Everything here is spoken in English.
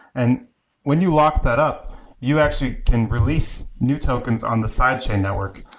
and when you lock that up you actually can release new tokens on the side chain network,